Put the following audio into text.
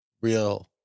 real